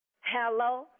Hello